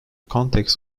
context